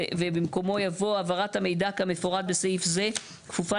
ובמקומו יבוא "העברת המידע כמפורט בסעיף זה כפופה